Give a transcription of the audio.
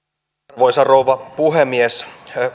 arvoisa rouva puhemies